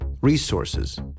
resources